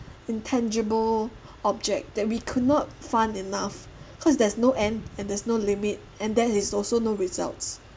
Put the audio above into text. intangible object that we could not fund enough because there's no end and there is no limit and there is also no results